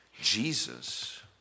Jesus